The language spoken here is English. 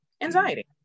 anxiety